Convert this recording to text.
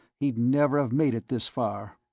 he'd never have made it this far.